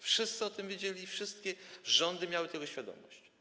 Wszyscy o tym wiedzieli, wszystkie rządy miały tego świadomość.